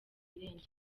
irengero